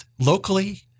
locally